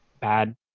bad